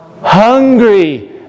hungry